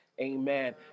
amen